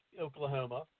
Oklahoma